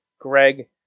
Greg